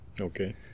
Okay